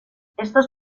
estos